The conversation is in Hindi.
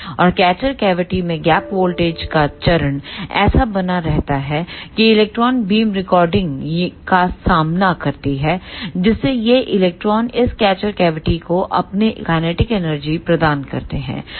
और कैचर कैविटी में गैप वोल्टेज का चरण ऐसा बना रहता है कि इलेक्ट्रॉन बीम रिटार्डिंग का सामना करती है जिससे ये इलेक्ट्रॉन इस कैचर कैविटी को अपनी काइनेटिक एनर्जी प्रदान करते हैं